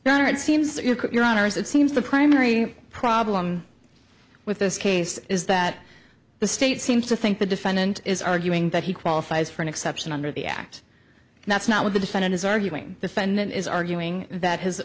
honor it seems your honor as it seems the primary problem with this case is that the state seems to think the defendant is arguing that he qualifies for an exception under the act and that's not what the defendant is arguing defendant is arguing that his